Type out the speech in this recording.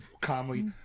calmly